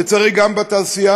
לצערי גם בתעשייה,